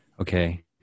Okay